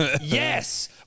Yes